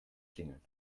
klingeln